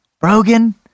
brogan